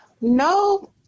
no